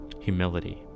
humility